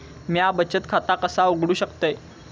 म्या बचत खाता कसा उघडू शकतय?